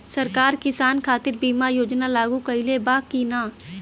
सरकार किसान खातिर बीमा योजना लागू कईले बा की ना?